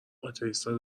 آتئیستا